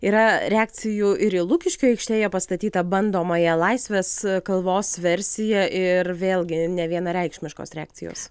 yra reakcijų ir į lukiškių aikštėje pastatytą bandomąją laisvės kalvos versiją ir vėlgi nevienareikšmiškos reakcijos